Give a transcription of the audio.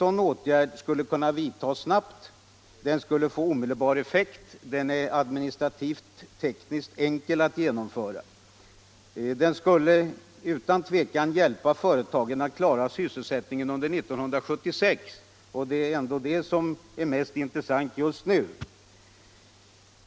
Den skulle kunna vidtas snabbt. Den skulle få omedelbar effekt. Den är administrativt och tekniskt enkel att genomföra. Den skulle utan tvivel hjälpa företagen att klara sysselsättningen under 1976, och det är ändå det som är mest intressant just nu.